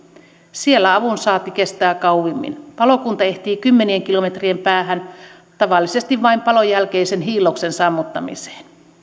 siellä avun saanti kestää kauimmin palokunta ehtii kymmenien kilometrien päähän tavallisesti vain palon jälkeisen hiilloksen sammuttamiseen